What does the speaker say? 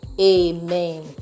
amen